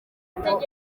amategeko